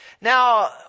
Now